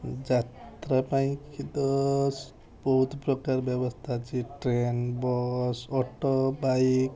ଯାତ୍ରା ପାଇଁ ଇଏ ତ ବହୁତ ପ୍ରକାର ବ୍ୟବସ୍ଥା ଅଛି ଟ୍ରେନ୍ ବସ୍ ଅଟୋ ବାଇକ୍